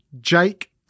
Jake